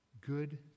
good